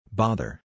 bother